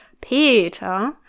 Peter